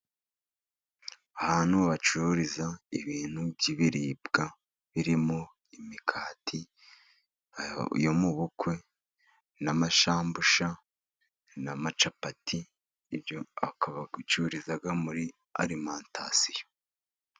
Ahantu bacururiza ibintu by'ibiribwa, birimo imikati yo mu bukwe, n'amasambusa, n'amacapati, ibyo bakaba babicururiza muri arimantasiyo.